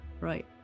right